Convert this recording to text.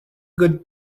good